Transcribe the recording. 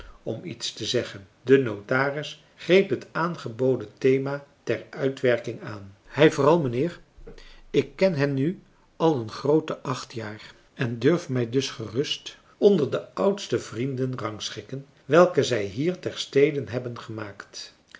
om iets te zeggen de notaris greep het aangeboden thema ter uitwerking aan hij vooral mijnheer ik ken hen nu al een groote acht jaar en durf mij dus gerust onder de oudste vrienden rangschikken welke zij hier ter stede hebben gemaakt